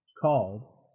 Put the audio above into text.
called